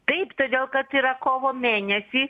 taip todėl kad yra kovo mėnesį